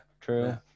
true